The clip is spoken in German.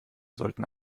sollten